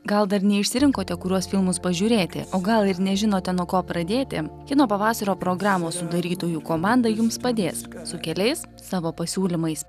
gal dar neišsirinkote kuriuos filmus pažiūrėti o gal ir nežinote nuo ko pradėti kino pavasario programos sudarytojų komanda jums padės su keliais savo pasiūlymais